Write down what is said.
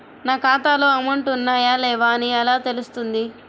నా ఖాతాలో అమౌంట్ ఉన్నాయా లేవా అని ఎలా తెలుస్తుంది?